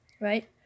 right